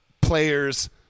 players